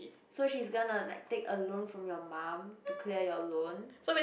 so she's gonna like take a loan from your mum to clear your loan